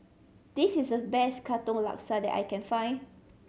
this is the best Katong Laksa that I can find